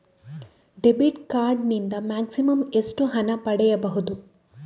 Debit card ನಿಂದ maximum ಎಷ್ಟು ಹಣ ಪಡೆಯಬಹುದು?